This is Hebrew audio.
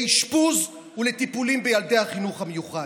לאשפוז ולטיפולים בילדי החינוך המיוחד.